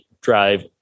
drive